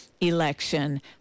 election